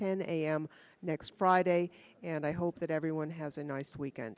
ten a m next friday and i hope that everyone has a nice weekend